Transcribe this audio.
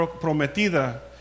prometida